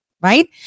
Right